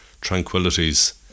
tranquillities